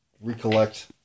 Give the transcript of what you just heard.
recollect